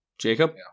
Jacob